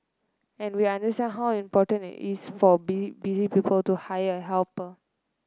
and we understand how important it's for be busy people to hire a helper